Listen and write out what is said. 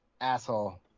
Asshole